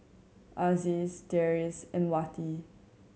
Aziz Deris and Wati